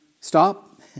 stop